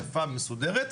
יפה ומסודרת,